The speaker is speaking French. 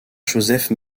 joseph